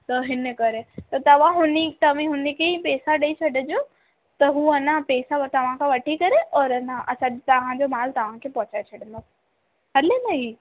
त हिन करे त तव्हां हुन तव्हीं हुनखे ई पैसा ॾेई छॾिजो त हू अञा पैसा तव्हां खां वठी करे और अन असां तव्हांजो मालु तव्हांखे पहुचाए छॾींदा हले न ई